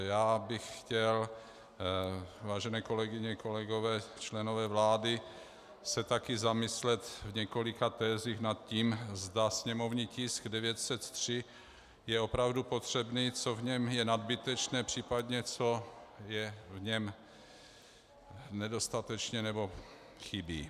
Já bych chtěl, vážené kolegyně, kolegové, členové vlády, se taky zamyslet v několika tezích nad tím, zda sněmovní tisk 903 je opravdu potřebný, co v něm je nadbytečné, příp. co je v něm nedostatečné nebo chybí.